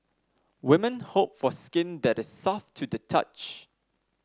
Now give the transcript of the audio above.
women hope for skin that is soft to the touch